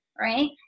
right